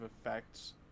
effects